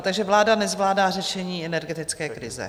Takže Vláda nezvládá řešení energetické krize.